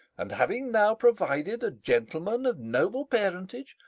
and having now provided a gentleman of noble parentage,